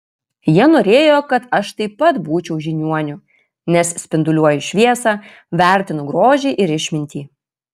jie norėjo kad aš taip pat būčiau žiniuoniu nes spinduliuoju šviesą vertinu grožį ir išmintį